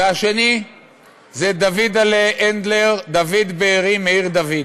השני זה דוידל'ה הנדלר, דוד בארי, מעיר-דוד.